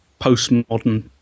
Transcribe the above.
postmodern